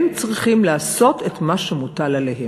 הם צריכים לעשות את מה שמוטל עליהם,